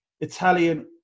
italian